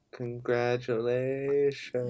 Congratulations